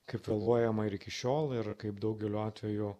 kaip vėluojama ir iki šiol ir kaip daugeliu atvejų